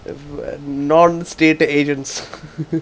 non stated agents